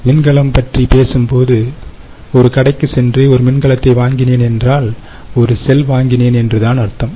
மின்கலம் பற்றி பேசும்போது ஒரு கடைக்குச் சென்றுஒரு மின்கலத்தை வாங்கினேன் என்றால் ஒரு செல் வாங்கினேன் என்றுதான் அர்த்தம்